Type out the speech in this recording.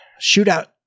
shootout